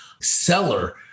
Seller